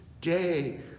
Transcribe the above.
day